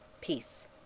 Peace